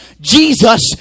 Jesus